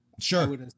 Sure